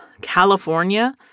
California